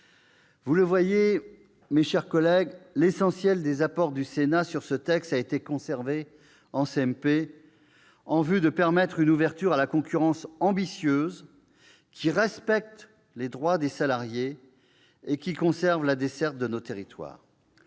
Vous le voyez, mes chers collègues, l'essentiel des apports du Sénat sur ce texte a été conservé en CMP, en vue de permettre une ouverture à la concurrence ambitieuse, qui respecte les droits des salariés et qui maintient la desserte de nos territoires.